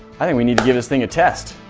i think we need to give this thing a test.